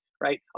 right